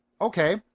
okay